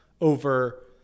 over